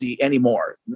anymore